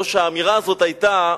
או שהאמירה הזאת היתה: